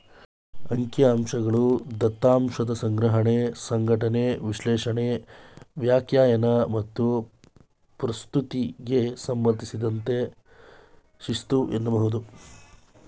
ಅಂಕಿಅಂಶಗಳು ದತ್ತಾಂಶದ ಸಂಗ್ರಹಣೆ, ಸಂಘಟನೆ, ವಿಶ್ಲೇಷಣೆ, ವ್ಯಾಖ್ಯಾನ ಮತ್ತು ಪ್ರಸ್ತುತಿಗೆ ಸಂಬಂಧಿಸಿದ ಶಿಸ್ತು ಎನ್ನಬಹುದು